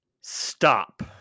Stop